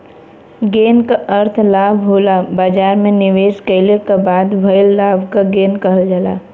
gain क अर्थ लाभ होला बाजार में निवेश कइले क बाद भइल लाभ क गेन कहल जाला